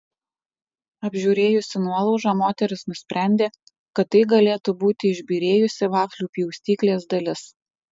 apžiūrėjusi nuolaužą moteris nusprendė kad tai galėtų būti išbyrėjusi vaflių pjaustyklės dalis